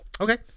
Okay